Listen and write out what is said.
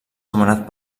nomenat